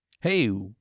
Hey